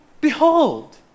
behold